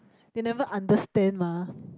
they never understand mah